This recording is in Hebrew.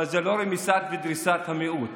אבל היא לא רמיסה ודריסת המיעוט.